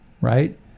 right